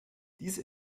diese